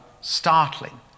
startling